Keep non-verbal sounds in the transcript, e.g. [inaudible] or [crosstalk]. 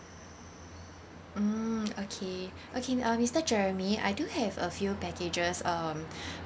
mm okay okay uh mister jeremy I do have a few packages um [breath]